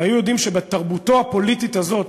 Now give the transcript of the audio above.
היו יודעים שבתרבות הפוליטית הזאת,